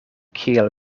kiel